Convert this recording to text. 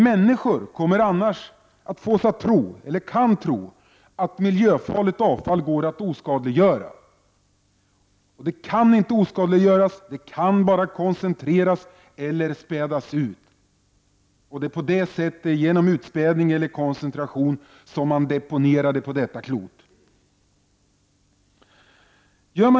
Människor kan annars fås att tro att miljöfarligt avfall går att oskadliggöra. Det kan inte oskadliggöras. Det kan bara koncentreras eller spädas ut. Det är genom utspädning eller koncentration som man deponerar det på detta klot.